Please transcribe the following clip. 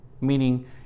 meaning